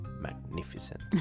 magnificent